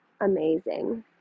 amazing